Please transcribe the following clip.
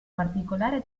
particolare